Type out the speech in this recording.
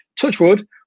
Touchwood